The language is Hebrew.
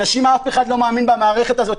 אף אחד לא מאמין במערכת הזאת.